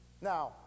Now